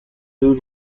due